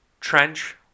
trench